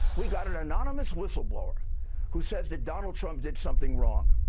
we've got an anonymous whistleblower who says that donald trump did something wrong.